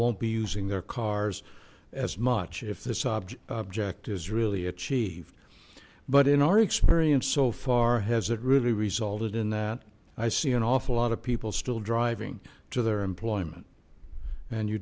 won't be using their cars as much if this object object is really achieved but in our experience so far has it really resulted in that i see an awful lot of people still driving to their employment and you